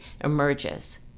emerges